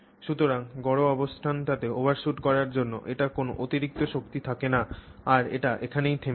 সুতরাং গড় অবস্থানটিতে ওভারশুট করার জন্য এটির কোনও অতিরিক্ত শক্তি থাকে না আর এটি এখানেই থেমে যায়